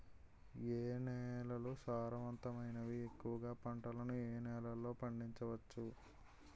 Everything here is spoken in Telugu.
ఏ నేలలు సారవంతమైనవి? ఎక్కువ గా పంటలను ఏ నేలల్లో పండించ వచ్చు?